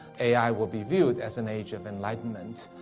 a i. will be viewed as an age of enlightenment.